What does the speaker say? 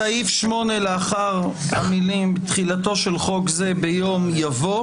בסעיף 8 לאחר המילים "תחילתו של חוק זה ביום" יבוא